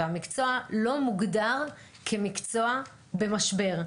והמקצוע לא מוגדר כמקצוע במשבר.